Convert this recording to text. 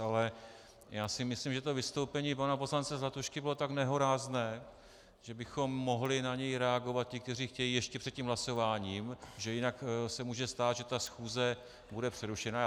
Ale já si myslím, že to vystoupení pana poslance Zlatušky bylo tak nehorázné, že bychom mohli na něj reagovat, ti, kteří chtějí ještě před tím hlasováním, že jinak se může stát, že schůze bude přerušena.